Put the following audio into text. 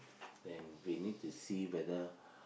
then we need to see whether